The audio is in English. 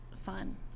fun